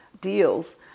deals